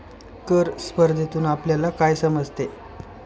कर स्पर्धेतून आपल्याला काय समजते?